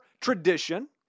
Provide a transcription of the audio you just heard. tradition